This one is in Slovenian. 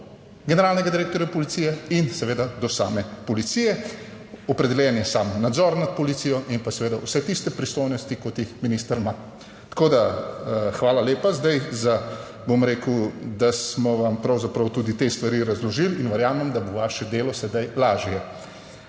generalnega direktorja policije in seveda do same policije. Opredeljen je sam nadzor nad policijo in pa seveda vse tiste pristojnosti kot jih minister ima. Tako, da hvala lepa zdaj za, bom rekel, da smo vam pravzaprav tudi te stvari razložili in verjamem, da bo vaše delo sedaj lažje.